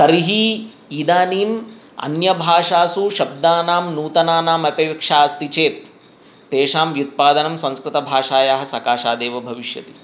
तर्हि इदानीं अन्यभाषासु शब्दानाम् नूतनानाम् अपेक्षा अस्ति चेत् तेषां व्युत्पादनं संस्कृतभाषायाः सकाशात् एव भविष्यति